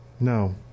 No